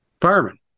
fireman